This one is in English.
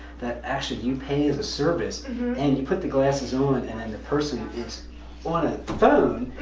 that actually you pay as a service and you put the glasses on and and then the person is on a phone,